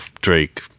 Drake